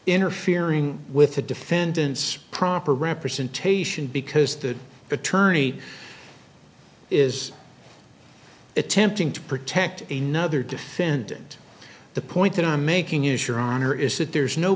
interfering with a defendant's proper representation because the attorney is attempting to protect a nother defendant the point that i'm making is your honor is that there is no